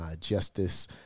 Justice